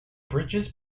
bridges